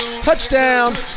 Touchdown